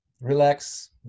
Relax